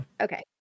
Okay